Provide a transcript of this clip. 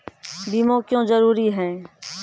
बीमा क्यों जरूरी हैं?